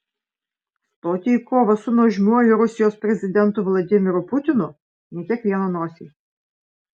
stoti į kovą su nuožmiuoju rusijos prezidentu vladimiru putinu ne kiekvieno nosiai